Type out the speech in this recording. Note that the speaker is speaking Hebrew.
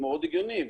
מאוד הגיוני,